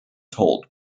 told